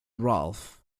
ralph